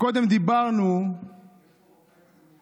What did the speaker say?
קודם דיברנו, אילת, יש פה רופא צמוד.